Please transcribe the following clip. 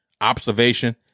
observation